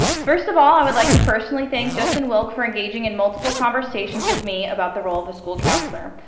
first of all, i would like to personally thank justin wilk for engaging in multiple conversations with me about the role of the school counselor.